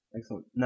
Excellent